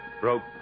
broke